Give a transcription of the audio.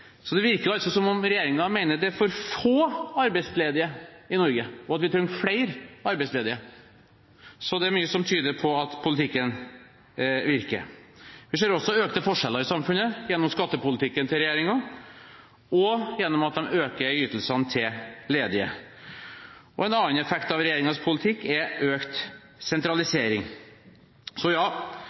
Det virker altså som om regjeringen mener det er for få arbeidsledige i Norge, og at vi trenger flere arbeidsledige. Så det er mye som tyder på at politikken virker. Vi ser også økte forskjeller i samfunnet gjennom skattepolitikken til regjeringen, og gjennom økte ytelser til ledige. En annen effekt av regjeringens politikk er økt sentralisering. Så ja,